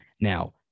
now